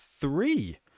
three